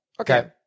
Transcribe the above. Okay